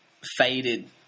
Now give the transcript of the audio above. faded